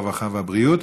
הרווחה והבריאות.